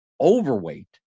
overweight